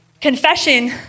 Confession